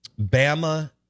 Bama